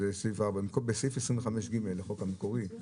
בסעיף 25(ג) לחוק המקורי,